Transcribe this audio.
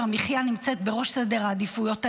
המחיה נמצאת בראש סדר העדיפויות הלאומי.